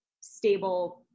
stable –